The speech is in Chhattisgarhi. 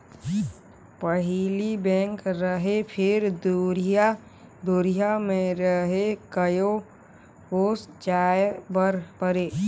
पहिली बेंक रहें फिर दुरिहा दुरिहा मे रहे कयो कोस जाय बर परे